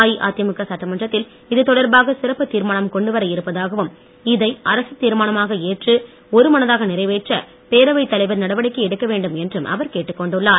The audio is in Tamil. அஇஅதிமுக சட்டமன்றத்தில் இது தொடர்பாக சிறப்பு தீர்மானம் கொண்டு வர இருப்பதாகவும் இதை அரசு தீர்மானமாக ஏற்று ஒருமனதாக நிறைவேற்ற பேரவைத் தலைவர் நடவடிக்கை எடுக்க வேண்டும் என்றும் அவர் கேட்டுக் கொண்டுள்ளார்